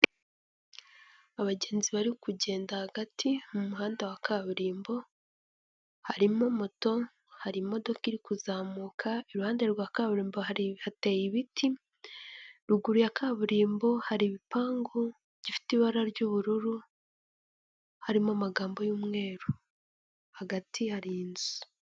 Abagenzi bari kugenda hagati mu muhanda wa kaburimbo, harimo moto, hari imodoka iri kuzamuka, iruhande rwa kaburimbo hateye ibiti ruguru ya kaburimbo hari ibipangu gifite ibara ry'ubururu, harimo amagambo y'umweru, hagati hari inzu.